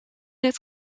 het